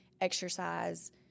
exercise